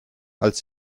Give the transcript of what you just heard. als